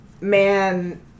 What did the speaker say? man